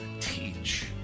teach